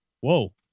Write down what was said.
Whoa